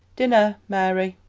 dinner, mary.